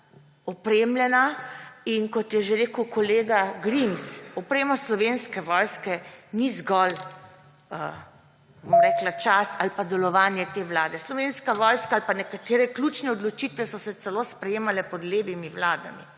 opremljena. In kot je že rekel kolega Grims, oprema slovenske vojske ni zgolj, bom rekla, čas ali pa delovanje te vlade. Slovenska vojska ali pa nekatere ključne odločitve so se celo sprejemale pod levimi vladami.